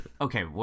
Okay